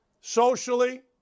socially